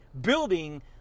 building